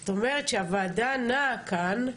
זאת אומרת שהוועדה נעה כאן,